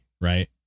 right